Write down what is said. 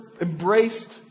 embraced